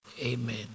Amen